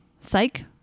Psych